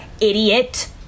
idiot